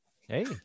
Hey